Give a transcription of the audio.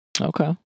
Okay